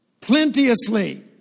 plenteously